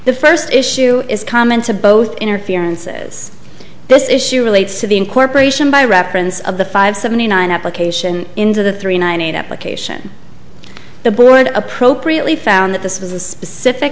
the first issue is common to both interferences this issue relates to the incorporation by reference of the five seventy nine application into the three ninety eight application the board appropriately found that this was a specific